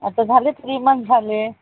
आता झाले आहेत थ्री मंथ झाले